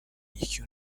یکیو